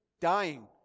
dying